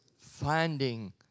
finding